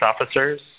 officers